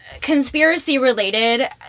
conspiracy-related